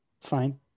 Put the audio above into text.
fine